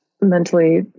mentally